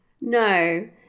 No